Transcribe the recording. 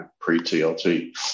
pre-TLT